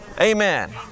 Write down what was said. Amen